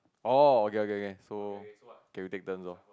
oh okay okay okay so okay we take turns lor